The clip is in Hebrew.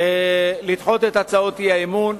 אני מבקש לדחות את הצעות אי-האמון,